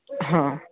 हा